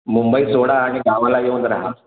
मुंबई सोडा आणि गावाला येऊन रहा